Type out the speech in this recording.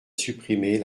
supprimer